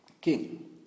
king